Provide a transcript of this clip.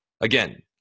Again